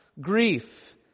grief